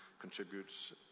contributes